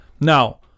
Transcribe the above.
Now